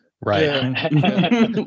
Right